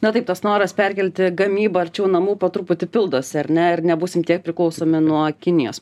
na taip tas noras perkelti gamybą arčiau namų po truputį pildosi ar ne ar nebūsim tiek priklausomi nuo kinijos